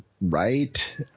right